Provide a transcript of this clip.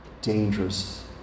dangerous